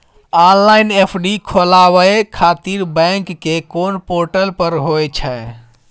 Online FD खोलाबय खातिर bank के कोन पोर्टल पर होए छै?